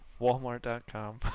Walmart.com